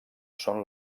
són